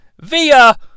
via